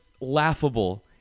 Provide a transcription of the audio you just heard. laughable